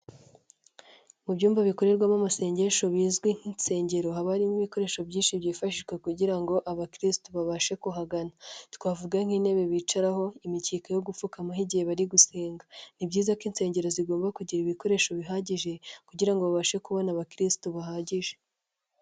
Mu byumba bikorerwamo amasengesho bizwi nk'insengero, haba harimo ibikoresho byinshi byifashishwa kugira ngo abakirisitu babashe kuhagana twavuga nk'intebe bicaraho, imikeke yo gupfukamaho igihe bari gusenga; ni byiza ko insengero zigomba kugira ibikoresho bihagije kugira ngo babashe kubona abakirisitu bahagije.